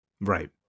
Right